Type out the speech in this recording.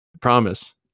Promise